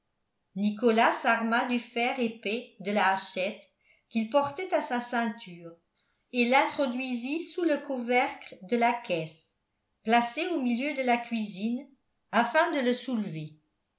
nicolas s'arma du fer épais de la hachette qu'il portait à sa ceinture et l'introduisit sous le couvercle de la caisse placée au milieu de la cuisine afin de le soulever